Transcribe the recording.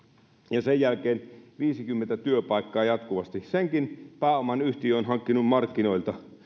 ja sen jälkeen viisikymmentä työpaikkaa jatkuvasti senkin pääoman yhtiö on hankkinut markkinoilta